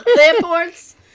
Airports